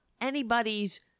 anybody's